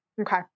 Okay